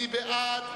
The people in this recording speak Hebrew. מי בעד?